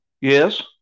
Yes